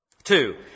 Two